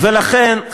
לכן,